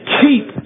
Keep